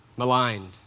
Maligned